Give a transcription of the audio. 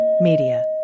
Media